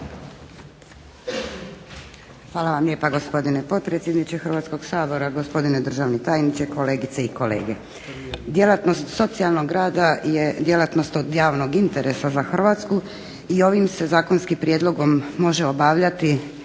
Hvala vam lijepa gospodine potpredsjedniče Hrvatskog sabora, gospodine državni tajniče, kolegice i kolege. Djelatnost socijalnog rada je djelatnost od javnog interesa za Hrvatsku i ovim se zakonskim prijedlogom može upravljati